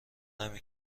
نمی